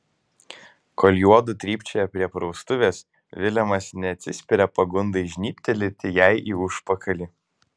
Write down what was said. kol juodu trypčioja prie praustuvės vilemas neatsispiria pagundai žnybtelėti jai į užpakalį